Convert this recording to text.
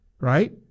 Right